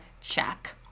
check